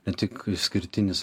ne tik išskirtinis